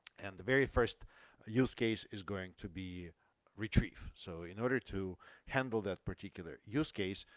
and the very first use case is going to be retrieve. so in order to handle that particular use case,